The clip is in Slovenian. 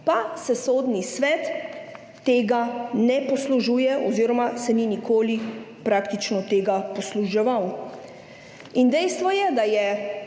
Pa se Sodni svet tega ne poslužuje oziroma se ni nikoli praktično tega posluževal. Dejstvo je, da je